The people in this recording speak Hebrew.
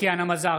טטיאנה מזרסקי,